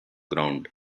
ground